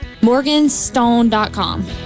Morganstone.com